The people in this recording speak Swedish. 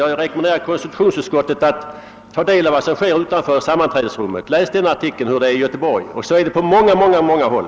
Jag rekommenderar över huvud taget konstitutionsutskottets 1edamöter att ta del av vad som sker utanför sammanträdesrummet. Läs sålunda i denna artikel om hur det är i Göteborg! På samma sätt är det på många andra håll.